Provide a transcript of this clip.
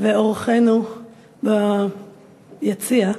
ואורחינו ביציע,